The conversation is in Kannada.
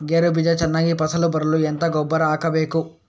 ಗೇರು ಬೀಜ ಚೆನ್ನಾಗಿ ಫಸಲು ಬರಲು ಎಂತ ಗೊಬ್ಬರ ಹಾಕಬೇಕು?